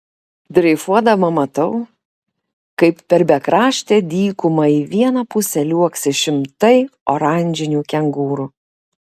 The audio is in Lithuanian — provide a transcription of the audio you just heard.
dreifuodama matau kaip per bekraštę dykumą į vieną pusę liuoksi šimtai oranžinių kengūrų